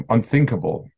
Unthinkable